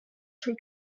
three